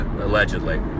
allegedly